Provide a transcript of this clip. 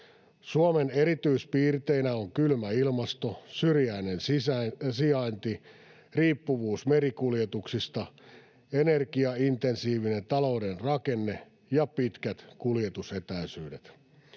Suomen erityispiirteinä on kylmä ilmasto, syrjäinen sijainti, riippuvuus merikuljetuksista, energiaintensiivinen talouden rakenne ja pitkät kuljetusetäisyydet.